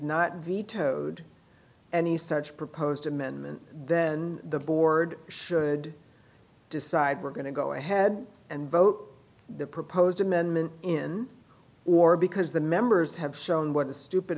not vetoed any such proposed amendment then the board should decide we're going to go ahead and vote the proposed amendment in or because the members have shown what a stupid